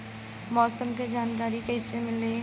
मौसम के जानकारी कैसे मिली?